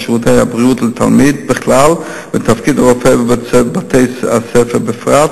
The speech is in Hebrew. שירותי הבריאות לתלמיד בכלל ובתפקיד הרופא בבתי-הספר בפרט